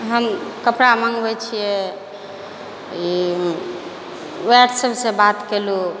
हम कपड़ा मङ्गबै छियै ई व्हाट्सेपसँ बात कयलहुँ